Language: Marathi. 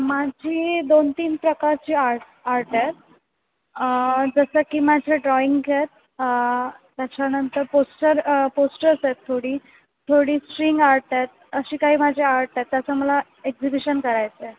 माझी दोन तीन प्रकारची आर्ट आर्ट आहेत जसं की माझं ड्रॉइंग्ज आहेत त्याच्यानंतर पोस्टर पोस्टर्स आहेत थोडी थोडी स्ट्रींग आर्ट आहेत अशी काही माझे आर्ट आहेत त्याचं मला एक्झिबिशन करायचं आहे